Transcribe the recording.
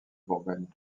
bourgogne